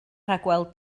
rhagweld